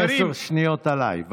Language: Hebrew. עשר שניות עליי.